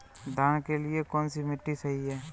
धान के लिए कौन सी मिट्टी सही है?